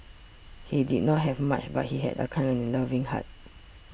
he did not have much but he had a kind and loving heart